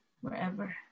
wherever